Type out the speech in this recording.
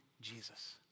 Jesus